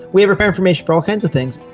we have repair information for all kinds of things.